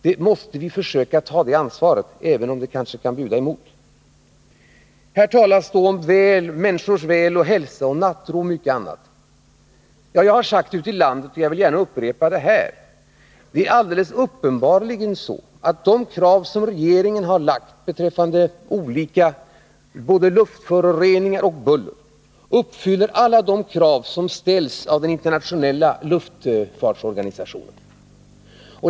Vi måste försöka ta det ansvaret, även om det kanske kan bjuda emot. Här talas om människors väl, om människors hälsa och nattro och om mycket annat. Jag har sagt ute i landet, och jag vill gärna upprepa det här, att det alldeles uppenbarligen är så, att de krav som regeringen har ställt beträffande både luftföroreningar och buller svarar mot alla de krav som har ställts av den internationella luftfartsorganisationen.